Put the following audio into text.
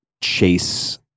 chase